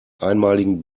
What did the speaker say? einmaligen